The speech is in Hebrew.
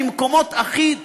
ממקומות הכי לא,